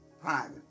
private